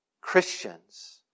Christians